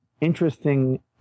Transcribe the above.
interesting